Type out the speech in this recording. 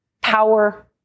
power